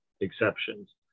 exceptions